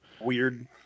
weird